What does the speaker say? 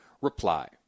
reply